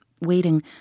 waiting